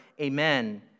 amen